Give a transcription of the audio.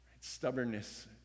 Stubbornness